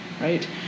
right